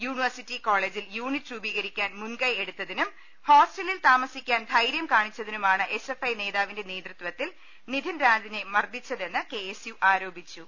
university കോളേജിൽ unit രൂപീകരിക്കാൻ മുൻകൈ എടുത്തിനും ഹോസ്റ്റലിൽ താമസിക്കാൻ ധൈര്യം കാണിച്ചതിനുമാണ് എസ് എഫ് ഐ നേതാ വിന്റെ നേതൃത്വത്തിൽ നിധിൻ രാജിനെ മർദ്ദിച്ചതെന്ന് കെ എസ് യു ആരോപിച്ചു